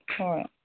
ꯍꯣꯏ